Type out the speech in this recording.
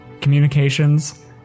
communications